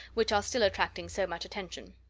which are still attracting so much attention.